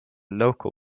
local